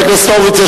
חבר הכנסת הורוביץ,